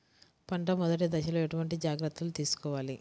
పంట మెదటి దశలో ఎటువంటి జాగ్రత్తలు తీసుకోవాలి?